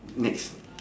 next